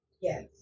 Yes